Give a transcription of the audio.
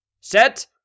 set